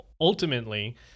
ultimately